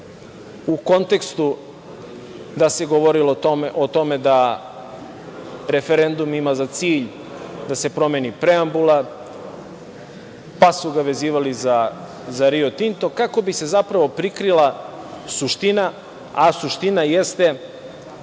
u kontekstu da se govorilo o tome da referendum ima za cilj da se promeni preambula, pa su ga vezivali za „Rio Tinto“ kako bi se zapravo prikrila suština, a suština jeste